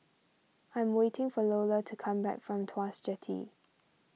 I'm waiting for Lola to come back from Tuas Jetty